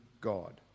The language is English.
God